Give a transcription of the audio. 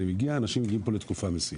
אנשים הגיעו לפה לתקופה מסוימת.